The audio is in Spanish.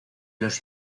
los